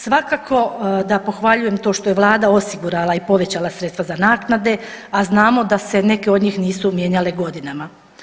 Svakako da pohvaljujem to što je vlada osigurala i povećala sredstva za naknade, a znamo da se neke od njih nisu mijenjale godinama.